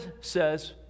says